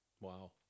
wow